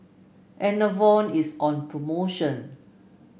enervon is on promotion